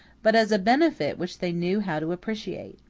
but as a benefit which they knew how to appreciate.